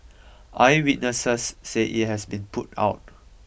eyewitnesses say it has been put out